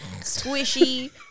Squishy